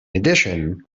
addition